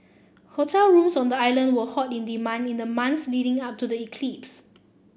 hotel rooms on the island were hot in demand in the months leading up to the eclipse